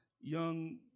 young